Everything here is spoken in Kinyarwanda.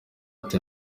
ati